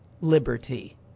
liberty